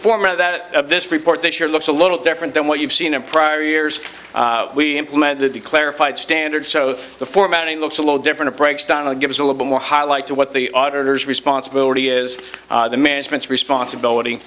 format of this report that sure looks a little different than what you've seen in prior years we implemented the clarified standard so the formatting looks a little different breaks down and gives a little more highlight to what the auditors responsibility is the management's responsibility